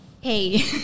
hey